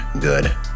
good